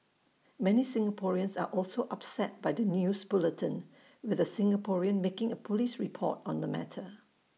many Singaporeans are also upset by the news bulletin with A Singaporean making A Police report on the matter